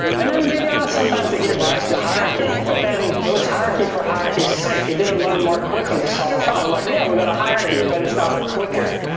and then, they sometimes, they gave rise to hierarchy, but then, it was hierarchy for hierarchy's sake. it and learning more quickly to solve a problem. like yeah, we got a hierarchy, but it's not quicker,